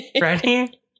Ready